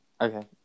Okay